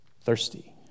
thirsty